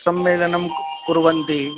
सम्मेलनं कुर्वन्ति